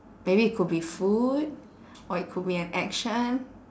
maybe it could be food or it could be an action